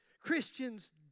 Christians